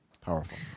powerful